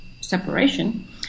separation